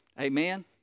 Amen